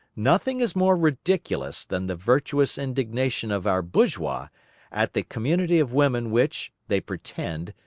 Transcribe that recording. nothing is more ridiculous than the virtuous indignation of our bourgeois at the community of women which, they pretend,